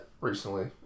Recently